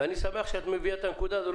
אני שמח שאת מביאה את הנקודה הזו,